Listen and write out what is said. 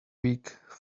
weak